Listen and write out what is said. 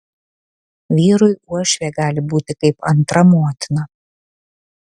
vyrui uošvė gali būti kaip antra motina